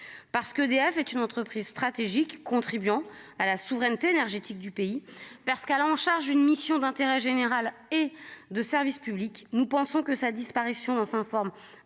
parce qu'EDF est une entreprise stratégique, contribuant à la souveraineté énergétique du pays, Pascal en charge une mission d'intérêt général et de service public, nous pensons que sa disparition dans sa forme